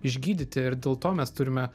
išgydyti ir dėl to mes turime